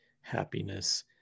happiness